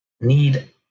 need